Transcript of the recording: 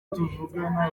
tuvugana